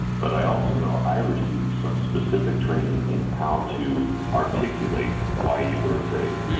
but i also know i received some specific training in how to articulate why you were afraid.